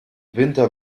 winter